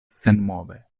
senmove